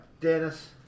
Dennis